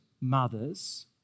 mothers